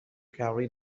carried